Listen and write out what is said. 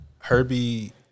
Herbie